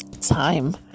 time